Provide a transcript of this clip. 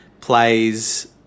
plays